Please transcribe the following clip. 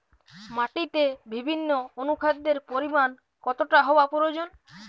মাটিতে বিভিন্ন অনুখাদ্যের পরিমাণ কতটা হওয়া প্রয়োজন?